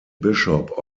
bishop